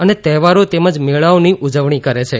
અને તહેવારો તેમજ મેળાઓની ઉજવણી કરે છે